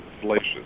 salacious